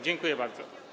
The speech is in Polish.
Dziękuję bardzo.